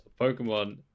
pokemon